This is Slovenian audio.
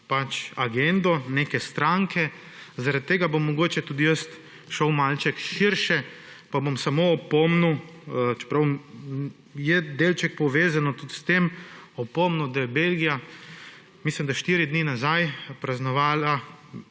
agendo neke stranke, zaradi tega bom mogoče tudi jaz šel malce širše, pa bom samo opomnil, čeprav je delček povezano tudi s tem, opomnil, da je Belgija, mislim, da štiri dni nazaj praznovala,